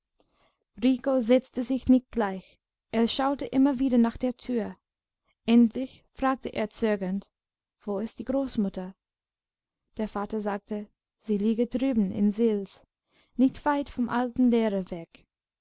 rico setzte sich nicht gleich er schaute immer wieder nach der tür endlich fragte er zögernd wo ist die großmutter der vater sagte sie liege drüben in sils nicht weit vom alten lehrer weg